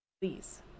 Please